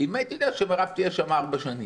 אם הייתי יודע שמירב תהיה שם ארבע שנים,